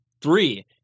three